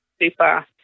super